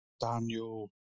Daniel